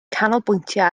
canolbwyntio